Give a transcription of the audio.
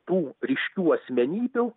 tų ryškių asmenybių